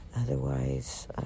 Otherwise